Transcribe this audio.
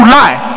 lie